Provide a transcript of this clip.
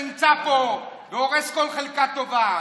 שנמצא פה והורס כל חלקה טובה.